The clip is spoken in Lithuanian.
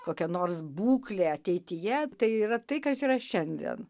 kokią nors būklę ateityje tai yra tai kas yra šiandien